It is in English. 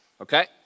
okay